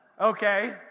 okay